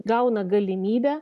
gauna galimybę